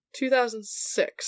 2006